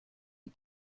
die